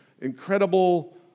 incredible